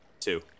Two